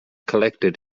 collected